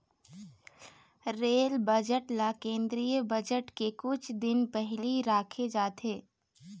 rail budget ल केंद्रीय budget के कुछ दिन पहिली राखे जाथे